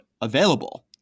available